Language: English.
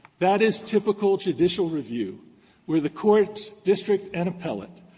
that is typical judicial review where the courts, district and appellate,